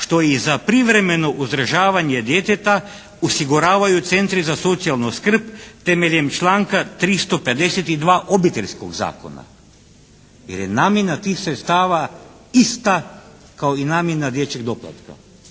što i za privremeno uzdržavanje djeteta osiguravaju centri za socijalnu skrb temeljem članka 352. Obiteljskog zakona. Jer je namjena tih sredstava ista kao i namjena dječjeg doplatka.